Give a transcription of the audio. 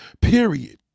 period